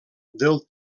del